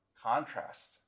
contrast